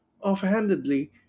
offhandedly